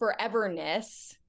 foreverness